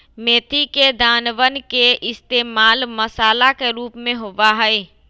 मेथी के दानवन के इश्तेमाल मसाला के रूप में होबा हई